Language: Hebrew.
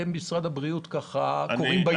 אתם, משרד הבריאות, קוראים בעיתון?